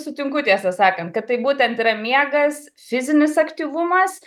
sutinku tiesą sakant kad tai būtent yra miegas fizinis aktyvumas